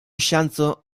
ŝanco